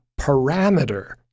parameter